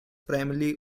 primarily